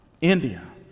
India